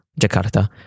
Jakarta